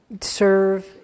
serve